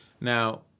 Now